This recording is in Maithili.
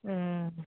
हूँ